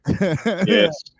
Yes